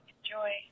Enjoy